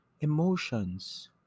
emotions